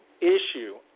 issue